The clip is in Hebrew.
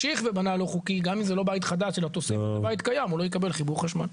137) (אי-תחולת סעיף 157א, חיבור לחשמל,